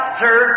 sir